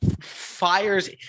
Fires